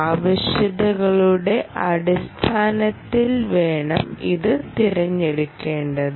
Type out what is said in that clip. ആവശ്യകതകളുടെ അടിസ്ഥാനത്തിൽ വേണം ഇത് തിരഞ്ഞെടുക്കേണ്ടത്